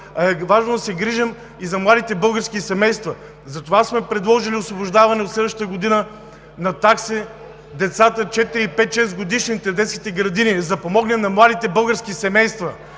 важно да се грижим и за младите български семейства. Затова сме предложили освобождаване от следващата година от такси за децата – четири и пет-шестгодишните в детските градини, за да помогнем на младите български семейства!